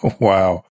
Wow